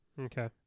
Okay